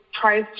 tries